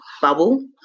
bubble